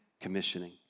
commissioning